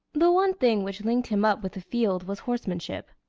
the one thing which linked him up with the field was horsemanship.